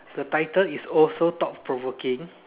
the title is also thought provoking